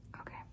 Okay